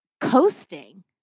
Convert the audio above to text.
coasting